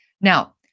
Now